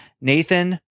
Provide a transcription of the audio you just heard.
Nathan